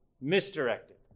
misdirected